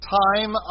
time